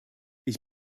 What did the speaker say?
ich